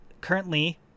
currently